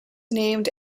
named